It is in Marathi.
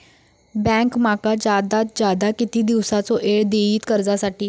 बँक माका जादात जादा किती दिवसाचो येळ देयीत कर्जासाठी?